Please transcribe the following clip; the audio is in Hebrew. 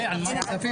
הכספים?